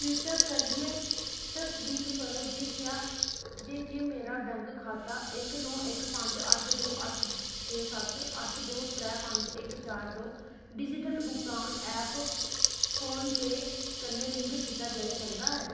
कृपया करियै तसदीक करो जे क्या जे के मेरा बैंक खाता इक नौ इक पंज अट्ठ दो अट्ठ छे सत्त अट्ठ दो त्रै पंज इक चार दो डिजिटल भुगतान ऐप फोनपे कन्नै लिंक कीता जाई सकदा ऐ